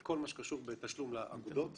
שכל מה שקשור לתשלום לאגודות